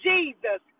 Jesus